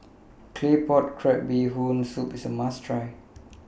Claypot Crab Bee Hoon Soup IS A must Try